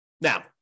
now